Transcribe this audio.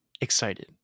excited